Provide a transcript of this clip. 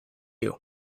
you